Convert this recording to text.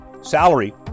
salary